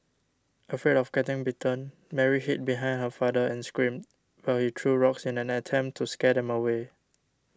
afraid of getting bitten Mary hid behind her father and screamed while he threw rocks in an attempt to scare them away